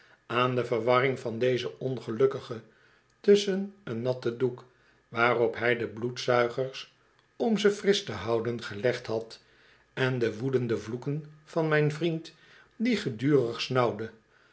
aan de verwarring van dezen ongelukkige tusschen een natten doek waarop hij de bloedzuigers om ze frisch te houden gelegd had en de woedende vloeken van mijn vriend die gedurig snauwde